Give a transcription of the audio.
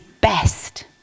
best